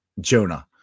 Jonah